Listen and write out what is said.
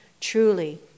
Truly